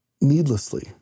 needlessly